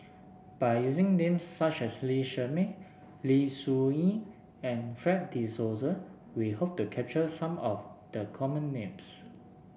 by using names such as Lee Shermay Lim Soo Ngee and Fred De Souza we hope to capture some of the common names